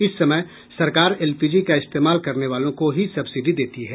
इस समय सरकार एलपीजी का इस्तेमाल करने वालों को ही सब्सिडी देती है